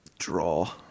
Draw